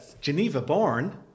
Geneva-born